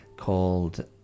Called